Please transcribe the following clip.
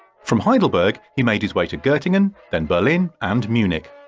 from heidelberg he made his way to gottingen, then berlin and munich.